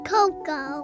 Coco